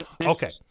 Okay